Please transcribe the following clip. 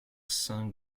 saint